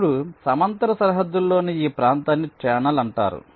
ఇప్పుడు సమాంతర సరిహద్దులోని ఈ ప్రాంతాన్ని ఛానల్ అంటారు